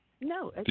No